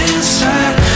inside